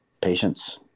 patience